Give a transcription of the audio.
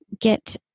get